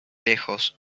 lejos